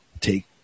take